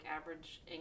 average